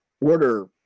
order